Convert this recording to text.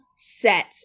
set